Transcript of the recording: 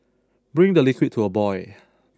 bring the liquid to a boil